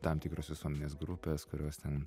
tam tikros visuomenės grupės kurios ten